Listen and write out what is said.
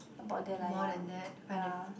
about there lah ya ya